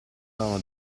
avevano